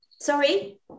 sorry